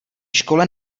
škole